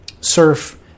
surf